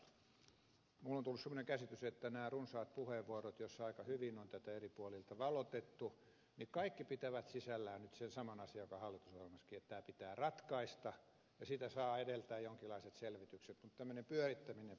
minulle on tullut semmoinen käsitys että nämä runsaat puheenvuorot joissa aika hyvin on tätä eri puolilta valotettu kaikki pitävät sisällään nyt sen saman asian joka on hallitusohjelmassakin että tämä pitää ratkaista ja sitä saavat edeltää jonkinlaiset selvitykset mutta tämmöisen pyörittämisen pitäisi nyt loppua